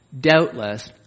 doubtless